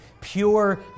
pure